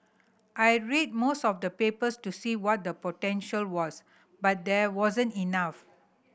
I read most of the papers to see what the potential was but there wasn't enough